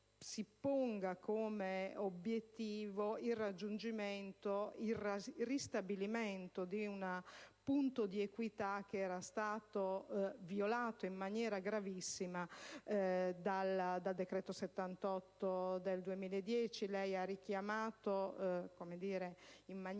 il raggiungimento e il ristabilimento di un punto di equità che era stato violato in maniera gravissima dal decreto n. 78 del 2010. Lei ha richiamato in maniera